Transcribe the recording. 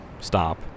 stop